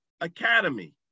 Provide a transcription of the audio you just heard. academy